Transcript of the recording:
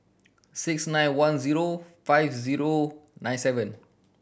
six nine one zero five zero nine seven